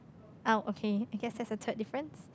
oh okay I guess that's the third difference